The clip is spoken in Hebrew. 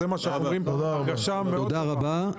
ההרגשה מאוד טובה.